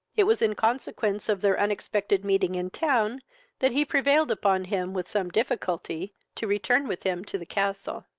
it was in consequence of their unexpected meeting in town that he prevailed upon him, with some difficulty, to return with him to the castle.